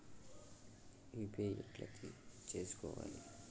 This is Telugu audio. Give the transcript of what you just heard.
యూ.పీ.ఐ ఎట్లా చేసుకోవాలి?